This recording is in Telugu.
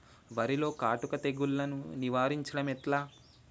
వరిలో కాటుక తెగుళ్లను నివారించడం ఎట్లా?